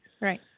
Right